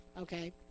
okay